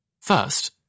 First